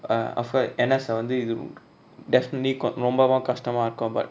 uh of cause N_S ah வந்து இது:vanthu ithu definitely ko~ ரொம்பவு கஷ்டமா இருக்கு:rombavu kastama iruku but